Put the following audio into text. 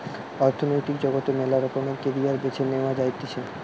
অর্থনৈতিক জগতে মেলা রকমের ক্যারিয়ার বেছে নেওয়া যাতিছে